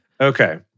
Okay